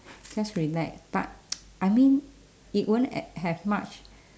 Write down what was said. just relax but I mean it won't a~ have much